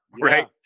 right